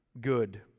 good